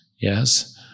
yes